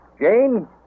Jane